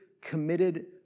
committed